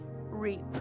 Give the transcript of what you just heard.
reap